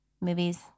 movies